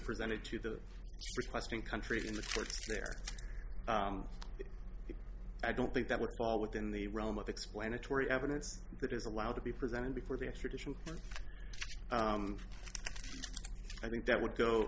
presented to the western countries in the courts there i don't think that would fall within the realm of explanatory evidence that is allowed to be presented before the extradition and i think that would go